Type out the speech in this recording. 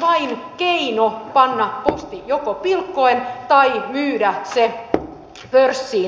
vain keino joko panna posti pilkkoen tai myydä se pörssiin